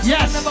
Yes